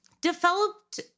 developed